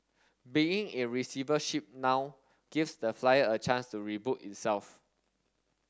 being in receivership now gives the Flyer a chance to reboot itself